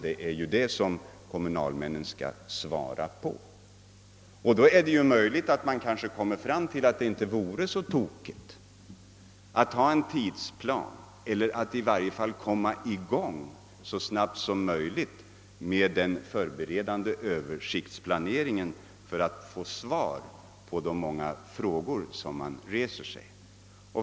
Det är ju sådana frågor som kommunalmännen skall svara på. Det är då möjligt att man kanske kommer fram till att det inte vore så tokigt att ha en tidsplan eller i varje fall komma i gång så snabbt som möjligt med den förberedande översiktsplaneringen för att få svar på de många frågor som uppstår.